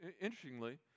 interestingly